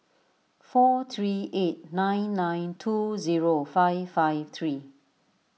four three eight nine nine two zero five five three